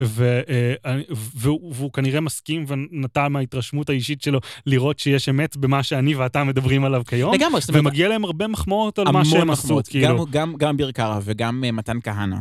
והוא כנראה מסכים, ונתן מההתרשמות האישית שלו לראות שיש אמת במה שאני ואתה מדברים עליו כיום. וגם... ומגיע להם הרבה מחמורת על מה שהם עשות. גם אביר קארה וגם מתן כהנא